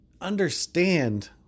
understand